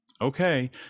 okay